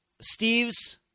Steve's